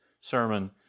sermon